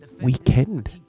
weekend